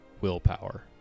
willpower